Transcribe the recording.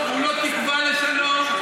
הוא לא תקווה לשלום.